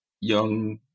young